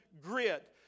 grit